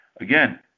Again